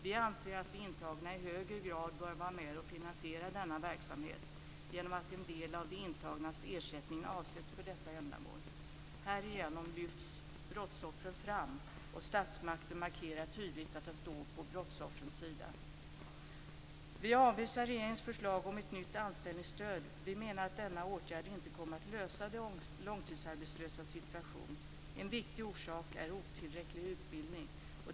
Vi anser att de intagna i högre grad bör vara med och finansiera denna verksamhet genom att en del av de intagnas ersättning avsätts för detta ändamål. Härigenom lyfts brottsoffren fram, och statsmakten markerar tydligt att den står på brottsoffrens sida. Vi avvisar regeringens förslag om ett nytt anställningsstöd. Vi menar att denna åtgärd inte kommer att lösa de långtidsarbetslösas situation. En viktig orsak är otillräcklig utbildning.